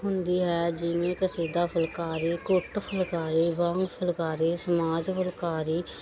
ਹੁੰਦੀ ਹੈ ਜਿਵੇਂ ਕਸੀਦਾ ਫੁਲਕਾਰੀ ਗੁੱਟ ਫੁਲਕਾਰੀ ਵੰਗ ਫੁਲਕਾਰੀ ਸਮਾਜ ਫੁਲਕਾਰੀ